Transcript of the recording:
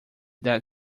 that